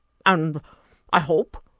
and i hope,